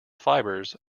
fibres